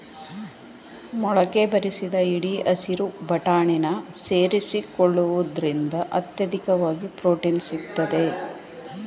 ಮೊಳಕೆ ಬರಿಸಿದ ಹಿಡಿ ಹಸಿರು ಬಟಾಣಿನ ಸೇರಿಸಿಕೊಳ್ಳುವುದ್ರಿಂದ ಅತ್ಯಧಿಕವಾಗಿ ಪ್ರೊಟೀನ್ ಸಿಗ್ತದೆ